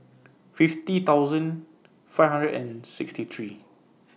fifty thousand five hundred and sixty three